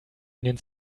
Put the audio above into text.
ihnen